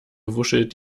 wuschelt